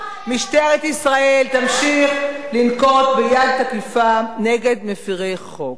משטרת ישראל תמשיך לנקוט יד תקיפה נגד מפירי חוק.